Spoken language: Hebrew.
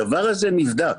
הדבר הזה נבדק,